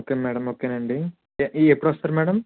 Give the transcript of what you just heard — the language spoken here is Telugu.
ఓకే మ్యాడమ్ ఓకే నండి ఎ ఎప్పుడొస్తారు మ్యాడమ్